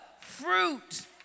fruit